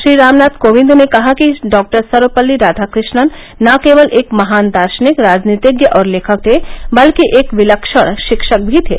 श्री रामनाथ कोविंद ने कहा कि डॉक्टर सर्वपल्ली राधाकृष्णन न केवल एक महान दार्शनिक राजनीतिज्ञ और लेखक थे बल्कि एक विलक्षण शिक्षक भी थे